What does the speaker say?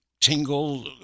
tingle